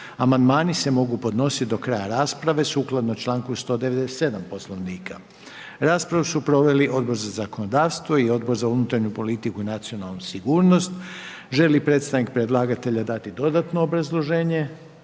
Amandmani se mogu podnositi do kraja rasprave sukladno članku 197. Poslovnika. Raspravu su proveli Odbor za zakonodavstvo i Odbor za unutarnju politiku i nacionalnu sigurnost. Želi li predstavnik predlagatelja dati dodatno obrazloženje?